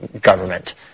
government